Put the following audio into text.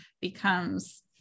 becomes